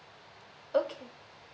okay